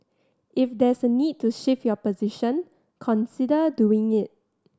if there's a need to shift your position consider doing it